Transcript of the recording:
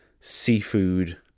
seafood